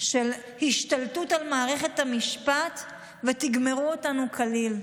של השתלטות על מערכת המשפט ותגמרו אותנו כליל.